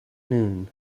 noon